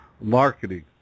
marketing